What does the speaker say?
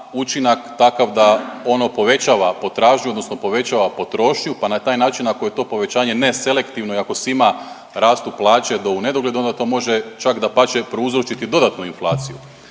učinak takav da ono povećava potražnju odnosno povećava potrošnju pa na taj način ako je to povećanje neselektivno i ako svima rastu plaće do unedogled onda to može čak dapače prouzročiti dodatnu inflaciju.